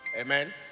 Amen